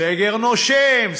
סגר נושם,